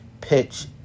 pitch